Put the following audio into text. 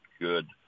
good